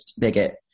bigot